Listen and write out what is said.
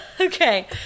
okay